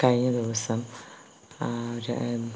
കഴിഞ്ഞ ദിവസം ആ ഒരു